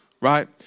right